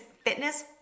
fitness